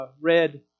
Read